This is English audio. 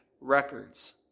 records